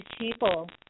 people